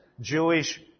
Jewish